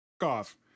off